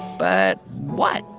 but what?